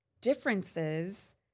differences